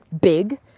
big